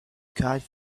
kite